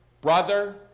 brother